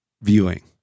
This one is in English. viewing